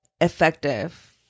effective